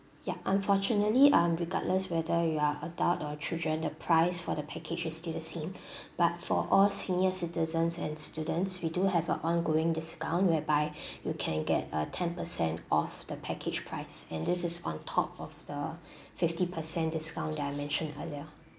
yup unfortunately um regardless whether you are adult or children the price for the package is still the same but for all senior citizens and students we do have a ongoing discount whereby you can get a ten percent off the package price and this is on top of the fifty percent discount that I mentioned earlier